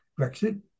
Brexit